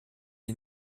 est